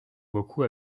beaucoup